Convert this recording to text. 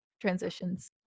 transitions